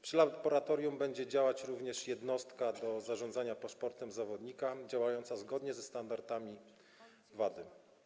Przy laboratorium będzie działać również Jednostka do spraw Zarządzania Paszportem Zawodnika działająca zgodnie ze standardami WADA.